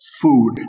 food